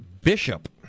bishop